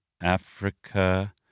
Africa